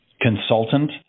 consultant